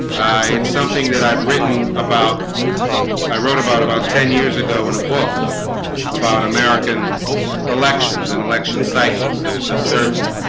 it's something that i've written about i wrote about about ten years ago in a book about american elections and election cycles there's a certain